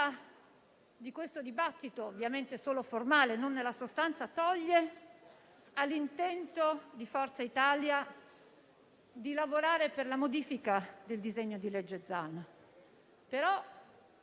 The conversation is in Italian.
questo dibattito, ovviamente solo formale e non sostanziale, nulla toglie all'intento di Forza Italia di lavorare per la modifica del disegno di legge Zan.